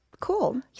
cool